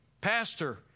Pastor